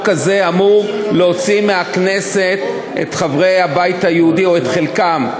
הזה אמור להוציא מהכנסת את חברי הבית היהודי או את חלקם.